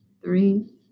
three